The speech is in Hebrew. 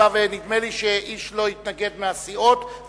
התשס"ו 2007. נדמה לי שאיש מהסיעות לא התנגד,